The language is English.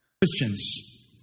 Christians